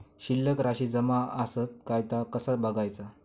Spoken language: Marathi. शिल्लक राशी जमा आसत काय ता कसा बगायचा?